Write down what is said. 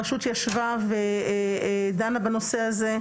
הרשות ישבה ודנה בנושא הזה,